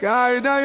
Guide